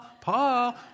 Paul